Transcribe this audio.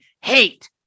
hate